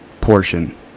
portion